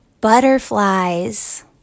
butterflies